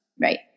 Right